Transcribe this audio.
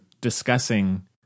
discussing